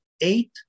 eight